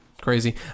Crazy